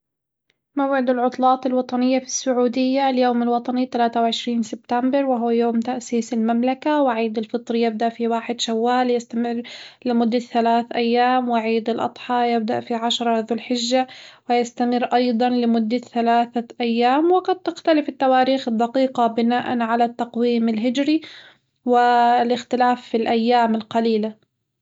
موعد العطلات الوطنية في السعودية اليوم الوطني تلاتة وعشرين سبتمبر وهو يوم تأسيس المملكة، وعيد الفطر يبدأ في واحد شوال يستمر لمدة ثلاث أيام، وعيد الأضحى يبدأ في عشرة ذو الحجة ويستمر أيضًا لمدة ثلاثة أيام وقد تختلف التواريخ الدقيقة بناء على التقويم الهجري و الاختلاف في الأيام القليلة.